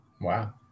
wow